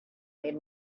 made